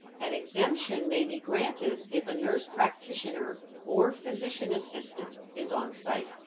an exemption may be granted if a nurse practitioner or physician assistant is on site.